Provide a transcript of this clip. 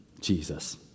Jesus